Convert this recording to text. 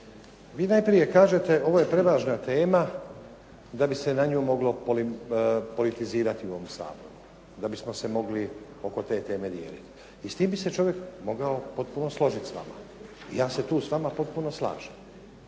Vi najprije kažete ovo je prevažna tema da bi se na nju moglo politizirati u ovom Saboru, da bismo se mogli oko te teme …/Govornik se ne razumije./… I s tim bi se čovjek mogao potpuno složiti s vama i ja se tu s vama potpuno slažem.